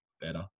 better